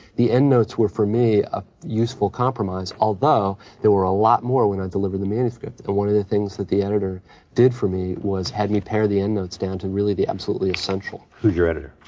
the end notes were, for me, a useful compromise, although there were a lot more when i delivered the manuscript. and one of the things that the editor did for me was had me pare the end notes down to really the absolutely essential. who's your editor?